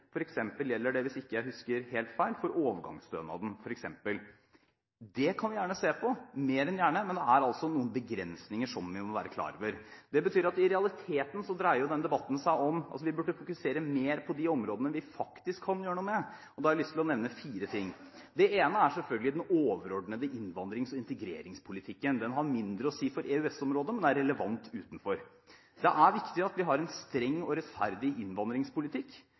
gjelder det – hvis jeg ikke husker helt feil – overgangsstønaden. Det kan vi gjerne se på – mer enn gjerne – men det er altså noen begrensninger som vi må være klar over. Det betyr at vi i denne debatten burde fokusere mer på de områdene vi faktisk kan gjøre noe med, og da har jeg lyst til å nevne fire ting. Det ene er selvfølgelig den overordnede innvandrings- og integreringspolitikken. Den har mindre å si for EØS-området, men er relevant utenfor. Det er viktig at vi har en streng og rettferdig innvandringspolitikk,